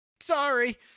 Sorry